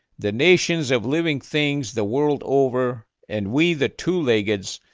the nations of living things the world over and we the two-leggeds,